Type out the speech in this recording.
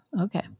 okay